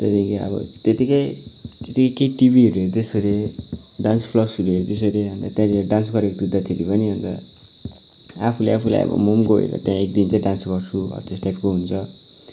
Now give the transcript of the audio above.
त्यहाँदेखि अब त्यतिकै त्यतिकै के टिभीहरू हेर्दाखेरि डान्स प्लसहरू हेर्दाखेरि त्यहाँनेरि डान्स गरेको देख्दाखेरि पनि अब आफूले आफूलाई अब म म गएर अब त्यहाँ एक दिन चाहिँ डान्स गर्छु हो त्यस्तो टाइपको हुन्छ